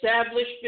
established